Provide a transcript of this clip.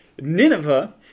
Nineveh